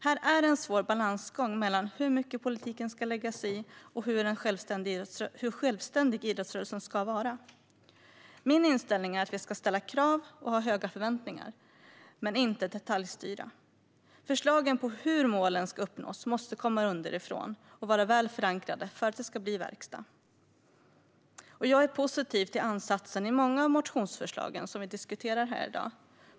Här är det en svår balansgång mellan hur mycket politiken ska lägga sig i och hur självständig idrottsrörelsen ska vara. Min inställning är att vi ska ställa krav och ha höga förväntningar men inte detaljstyra. Förslagen på hur målen ska uppnås måste komma underifrån och vara väl förankrade för att det ska bli verkstad. Jag är positiv till ansatsen i många av motionsförslagen som vi diskuterar här i dag.